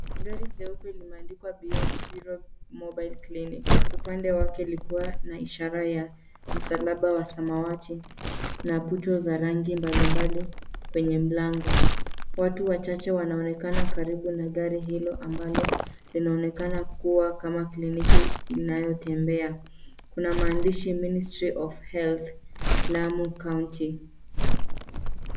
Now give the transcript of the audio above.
Gari jeupe limeandikwa beyond zero mobile clinic upande wake likiwa na ishara ya msalaba wa samati na puto za rangi mbali mbali kwenye mlango, watu wachache wanaonekana karibu na gari hilo ambalo linaonekana kuwa kama kliniki inayotembea. Kuna maandishi ministry of health Lamu county .